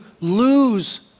lose